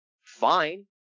fine